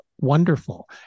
wonderful